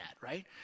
right